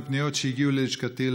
מפניות שהגיעו ללשכתי,